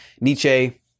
Nietzsche